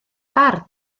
bardd